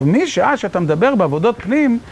ומשעה שאתה מדבר בעבודות פנים...